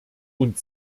und